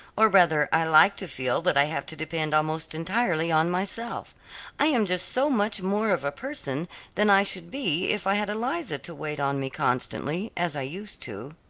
or rather i like to feel that i have to depend almost entirely on myself i am just so much more of a person than i should be if i had eliza to wait on me constantly, as i used to.